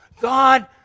God